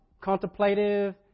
contemplative